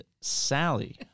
Sally